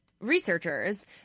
researchers